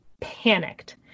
panicked